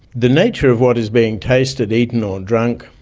the nature of what is being tasted, eaten or drunk,